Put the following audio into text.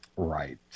Right